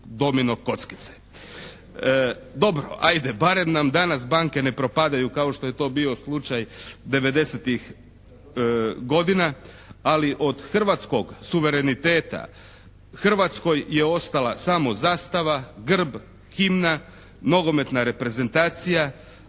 Dobro, ajde, barem dam danas banke ne propadaju kao što je to bio slučaj '90.-ih godina. Ali od hrvatskog suvereniteta Hrvatskoj je ostala samo zastava, grb, himna, nogometna reprezentacija,